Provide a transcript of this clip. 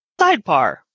Sidebar